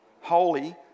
holy